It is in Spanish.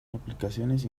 aplicaciones